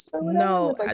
No